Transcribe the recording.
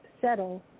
settle